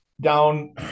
down